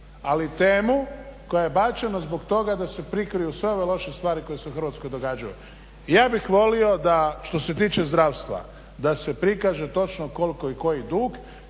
ali temu koja je bačena zbog toga da se prikriju sve ove loše stvari koje se u Hrvatskoj događaju. Ja bih volio što se tiče zdravstveni da se prikaže točno koliko i koji dug